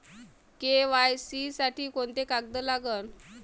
KYC साठी कोंते कागद लागन?